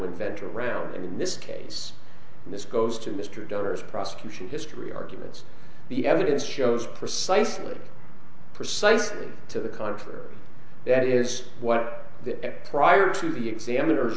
invent a round in this case and this goes to mr downer's prosecution history arguments the evidence shows precisely precisely to the contrary that is what the prior to the examiners